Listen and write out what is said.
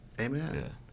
Amen